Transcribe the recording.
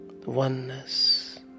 Oneness